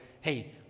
hey